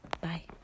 bye